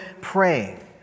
praying